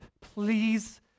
please